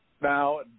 Now